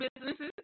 businesses